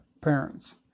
parents